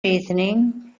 reasoning